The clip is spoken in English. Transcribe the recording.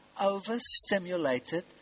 overstimulated